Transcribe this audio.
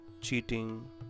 cheating